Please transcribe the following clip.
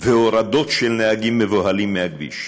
והורדת נהגים מבוהלים מהכביש.